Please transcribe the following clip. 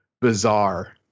bizarre